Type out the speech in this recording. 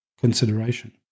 consideration